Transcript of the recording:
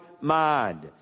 mind